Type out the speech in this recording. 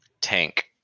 tank